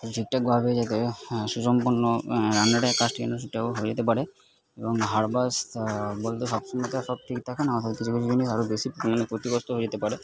ঠিক ঠাকভাবে যাতে সুসম্পন্ন রান্নাটার কাজটা যেন ঠিক ঠাকভাবে হয়ে যেতে পারে এবং হার্বাস বলতে সব সময় তো আর সব ঠিক থাকে না হয় কিছু কিছু জিনিস আরও বেশি বি ক্ষতিগ্রস্থ হয়ে যেতে পারে